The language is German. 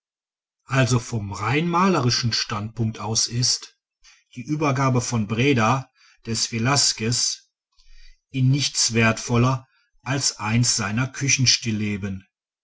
also vom rein malerischen standpunkt aus ist die übergabe von breda des velasquez in nichts wertvoller als eins seiner